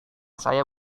saya